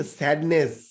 sadness